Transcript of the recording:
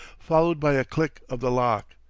followed by a click of the lock.